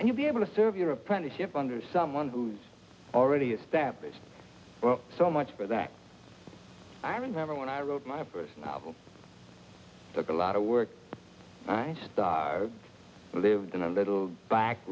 and you'll be able to serve your apprenticeship under someone who's already established well so much for that i remember when i wrote my first novel that the law to work lived in a little back